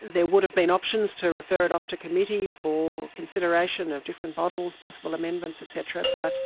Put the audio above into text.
there would have been options to refer it off to committee for consideration of different models, possible amendments et cetera, but